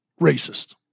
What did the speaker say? racist